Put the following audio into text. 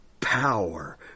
power